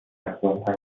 ارزانتر